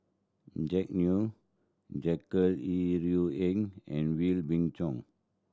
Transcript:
Jack Neo Jackie Yi Ru Ying and Wee Beng Chong